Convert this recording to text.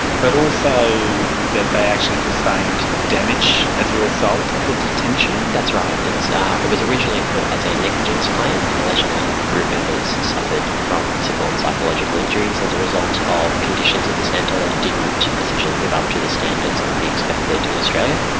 but also that they actually sustained damage as a result of the detention. that's right, it was originally put as a negligence claim, alleging that group members suffered from physical and psychological injuries as a result of conditions at the centre that didn't essentially live up to the standards that would be expected in australia.